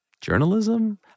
Journalism